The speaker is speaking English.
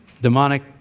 Demonic